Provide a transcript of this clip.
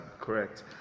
correct